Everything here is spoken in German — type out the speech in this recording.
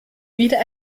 wieder